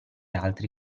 altri